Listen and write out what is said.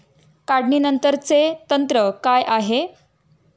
काढणीनंतरचे तंत्र काय आहे?